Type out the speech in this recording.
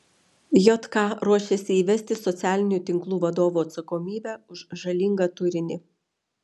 jk ruošiasi įvesti socialinių tinklų vadovų atsakomybę už žalingą turinį